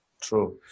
true